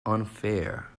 unfair